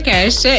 Cash